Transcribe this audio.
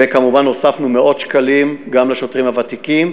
וכמובן הוספנו מאות שקלים גם לשוטרים הוותיקים.